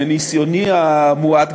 מניסיוני המועט,